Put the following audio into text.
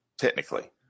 technically